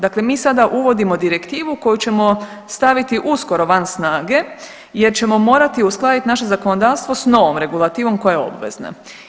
Dakle, mi sada uvodimo direktivu koju ćemo staviti uskoro van snage jer ćemo morati uskladiti naše zakonodavstvo s novom regulativom koja je obvezna.